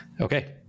Okay